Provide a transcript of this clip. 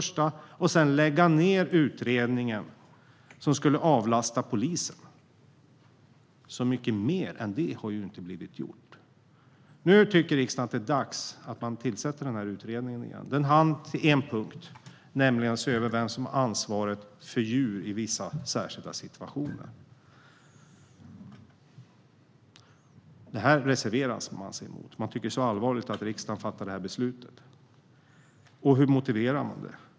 Sedan lade man ned utredningen om att avlasta polisen. Mycket mer än det har inte blivit gjort. Riksdagen tycker att det är dags att tillsätta utredningen igen. Den hann med en punkt: att se över vem som har ansvaret för djur i vissa särskilda situationer. Detta reserverar man sig mot. Man tycker att det är så allvarligt att riksdagen fattar detta beslut. Hur motiverar man det?